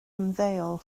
ymddeol